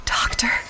doctor